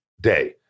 day